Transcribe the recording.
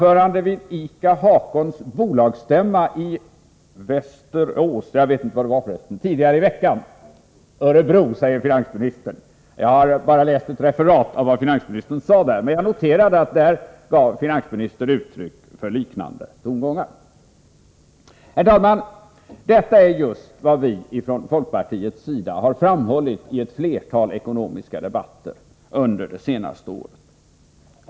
Örebro tidigare i veckan, som jag har läst ett referat av, gav han uttryck för liknande tongångar. Herr talman! Detta är just vad vi från folkpartiet har framhållit vid flera ekonomiska debatter under det senaste året.